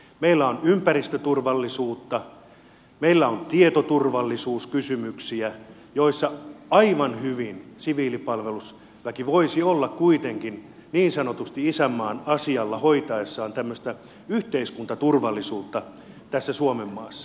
meillä on ympäristöturvallisuutta meillä on tietoturvallisuuskysymyksiä joissa aivan hyvin siviilipalvelusväki voisi olla kuitenkin niin sanotusti isänmaan asialla hoitaessaan tämmöistä yhteiskuntaturvallisuutta tässä suomenmaassa